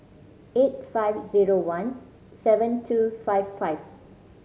eight five zero one seven two five five